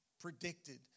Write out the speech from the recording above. predicted